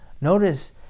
notice